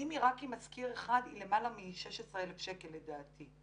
רק עם מזכיר אחד, היא למעלה מ-16,000 שקל לדעתי.